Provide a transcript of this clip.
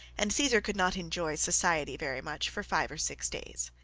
and caesar could not enjoy society very much for five or six days.